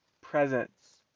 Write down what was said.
presence